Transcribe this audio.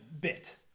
bit